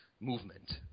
movement